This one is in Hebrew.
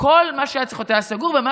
כל מה שהיה צריך להיות סגור היה סגור ומה